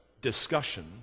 discussion